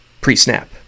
pre-snap